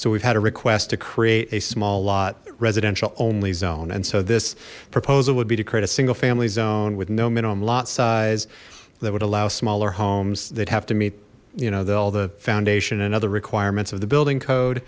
so we've had a request to create a small lot residential only zone and so this proposal would be to create a single family zone with no minimum lot size that would allow smaller homes they'd have to meet you know that all the foundation and other requirements of the building code